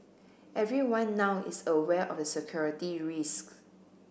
everyone now is aware of the security risk